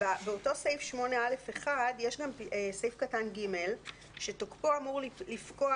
באותו סעיף מדובר יש גם סעיף קטן ג שתוקפו אמור לפקוע